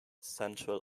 central